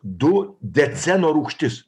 du deceno rūgštis